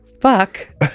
fuck